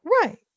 Right